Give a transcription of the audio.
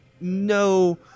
no